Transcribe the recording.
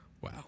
Wow